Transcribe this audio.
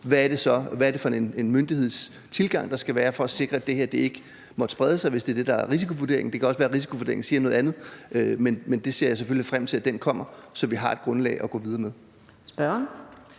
hvad det er for en myndighedstilgang, der skal være for at sikre, at det her ikke måtte sprede sig, hvis det er det, der er risikovurderingen. Det kan også være, at risikovurderingen siger noget andet. Men jeg ser selvfølgelig frem til, at den kommer, så vi har et grundlag at gå videre med.